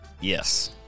Yes